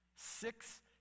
Six